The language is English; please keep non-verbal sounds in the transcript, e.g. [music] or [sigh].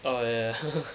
err ya [laughs]